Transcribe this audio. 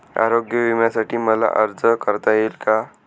आरोग्य विम्यासाठी मला अर्ज करता येईल का?